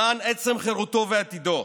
למען עצם חירותו ועתידו,